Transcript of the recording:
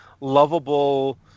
lovable